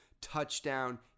touchdown